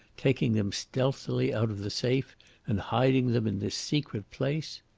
taking them stealthily out of the safe and hiding them in this secret place.